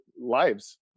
lives